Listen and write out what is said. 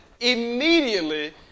immediately